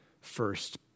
first